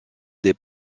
des